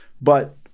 but-